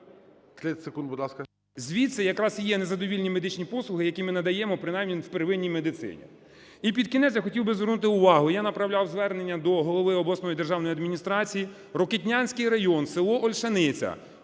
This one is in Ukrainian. і є незадовільні медичні послуги, які ми надаємо, принаймні, в первинній медицині. І під кінець я хотів би звернути увагу. Я направляв звернення до голови обласної державної адміністрації. Рокитнянський район, село Ольшаниця.